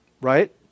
right